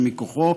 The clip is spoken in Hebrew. שמכוחו